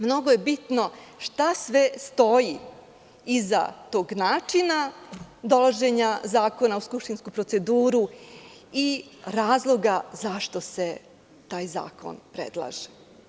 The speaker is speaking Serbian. Mnogo je bitno šta sve stoji iza tog načina dolaženja zakona u skupštinsku proceduru i razloga zašto se taj zakon predlaže.